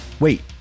Wait